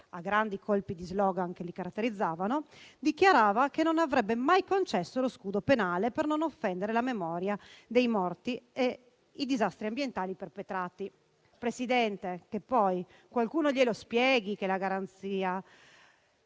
a grandi colpi di *slogan* che li caratterizzavano, dichiarava che non avrebbe mai concesso lo scudo penale, per non offendere la memoria dei morti e i disastri ambientali perpetrati. Presidente, qualcuno glielo spieghi che la garanzia